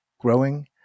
growing